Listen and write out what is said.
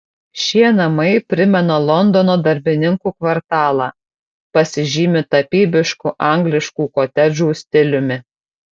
šie namai primena londono darbininkų kvartalą pasižymi tapybišku angliškų kotedžų stiliumi